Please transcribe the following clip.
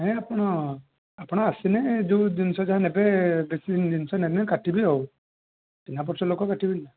ଆପଣ ଆପଣ ଆସିଲେ ଯେଉଁ ଜିନିଷ ଯାହା ନେବେ ଦେଖିକି ଜିନିଷ ନେବେ କାଟିବି ଆଉ ଚିହ୍ନା ପରିଚ ଲୋକ କାଟିବିନି ନା